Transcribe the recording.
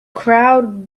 crowd